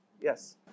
yes